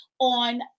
on